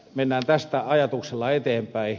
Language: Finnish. mennään tästä ajatuksella eteenpäin